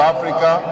Africa